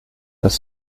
das